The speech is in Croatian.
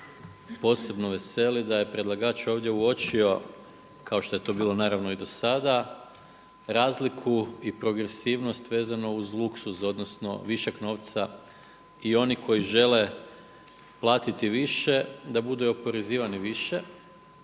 posebno veseli da je predlagač ovdje uočio kao što je to bilo naravno i do sada razliku i progresivnost vezano uz luksuz odnosno višak novca. I oni koji žele platiti više da budu i oporezivani više.